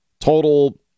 Total